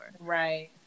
Right